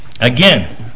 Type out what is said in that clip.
again